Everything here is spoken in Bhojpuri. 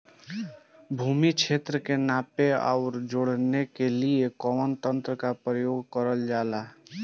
भूमि क्षेत्र के नापे आउर जोड़ने के लिए कवन तंत्र का प्रयोग करल जा ला?